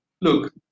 look